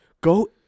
Go